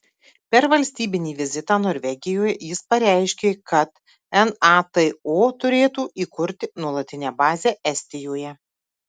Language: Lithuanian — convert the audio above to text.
per valstybinį vizitą norvegijoje jis pareiškė kad nato turėtų įkurti nuolatinę bazę estijoje